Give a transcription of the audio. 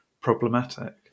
problematic